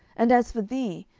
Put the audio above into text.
and as for thee,